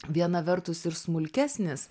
viena vertus ir smulkesnis